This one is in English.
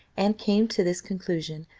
and came to this conclusion,